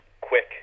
quick